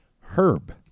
Herb